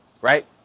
right